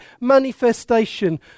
manifestation